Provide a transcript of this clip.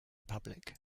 public